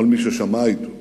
כל מי ששמע אותו,